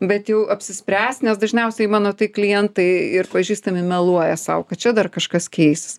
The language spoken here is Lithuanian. bet jau apsispręsk nes dažniausiai mano tai klientai ir pažįstami meluoja sau kad čia dar kažkas keisis